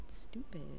stupid